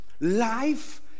life